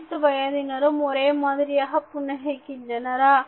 அனைத்து வயதினரும் ஒரே மாதிரியாக புன்னகைக்கிறாரா